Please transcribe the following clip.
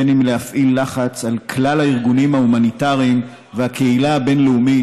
בין אם להפעיל לחץ על כלל הארגונים ההומניטריים והקהילה הבין-לאומית,